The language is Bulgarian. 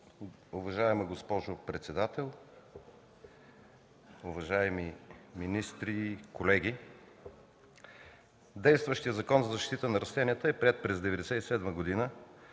Уважаема госпожо председател, уважаеми министри, колеги! Действащият Закон за защита на растенията е приет 1997 г. и